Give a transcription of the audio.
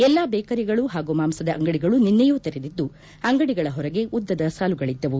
ಎಲ್ಲಾ ಬೇಕರಿಗಳು ಹಾಗೂ ಮಾಂಸದ ಅಂಗಡಿಗಳು ನಿನ್ನೆಯೂ ತೆರೆದಿದ್ದು ಅಂಗಡಿಗಳ ಹೊರಗೆ ಉದ್ದದ ಸಾಲುಗಳಿದ್ದವು